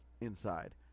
inside